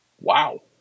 wow